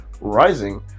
Rising